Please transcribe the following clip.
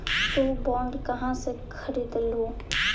तु बॉन्ड कहा से खरीदलू?